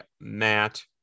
Matt